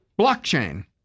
blockchain